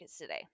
today